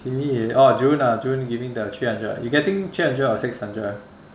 oh june ah june giving the three hundred [what] you getting three hundred or six hundred ah